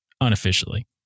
Unofficially